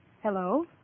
Hello